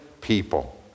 people